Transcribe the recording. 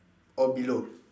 or below